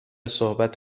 صحبت